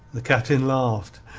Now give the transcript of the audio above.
the captain laughed.